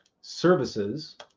services